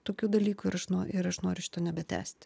tokių dalykų ir aš no ir aš noriu šito nebetęsti